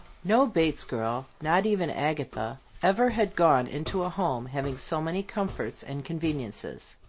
no bates girl, not even agatha, ever had gone into a home having so many comforts and conveniences.